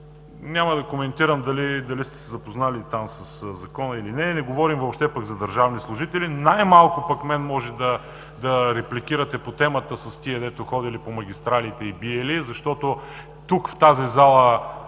Няма да коментирам дали сте се запознали със Закона или не. Не говорим въобще за държавни служители. Най-малко пък мен може да репликирате по темата с тези, където ходели по магистралите и биели, защото тук, в тази зала